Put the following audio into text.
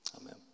Amen